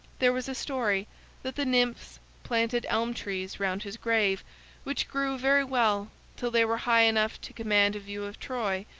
there was a story that the nymphs planted elm trees round his grave which grew very well till they were high enough to command a view of troy,